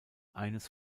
eines